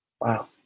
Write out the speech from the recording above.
Wow